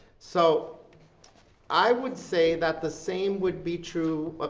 so i would say that the same would be true.